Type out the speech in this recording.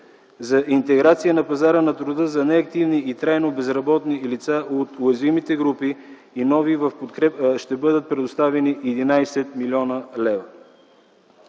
За интеграция на пазара на труда за неактивни и трайно безработни лица от уязвимите групи и нови в подкрепа ще бъдат предоставени 11 млн. лв.